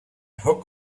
hook